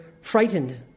frightened